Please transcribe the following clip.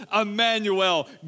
Emmanuel